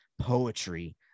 poetry